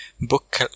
Book